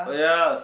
oh ya